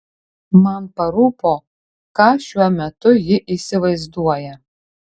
man parūpo ką šiuo metu ji įsivaizduoja